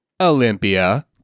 Olympia